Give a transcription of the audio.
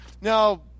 Now